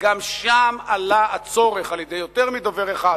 וגם שם הועלה הצורך על-ידי יותר מדובר אחד.